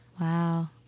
Wow